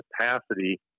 capacity